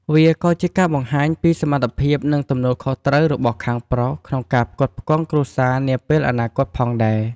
វាក៏ជាការបង្ហាញពី សមត្ថភាព និង ទំនួលខុសត្រូវ របស់ខាងប្រុសក្នុងការផ្គត់ផ្គង់គ្រួសារនាពេលអនាគតផងដែរ។